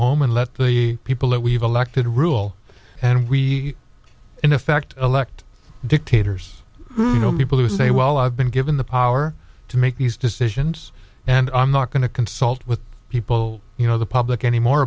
home and let the people that we've elected a rule and we in effect elect dictators people who say well i've been given the power to make these decisions and i'm not going to consult with people you know the public anymore